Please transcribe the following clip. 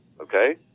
okay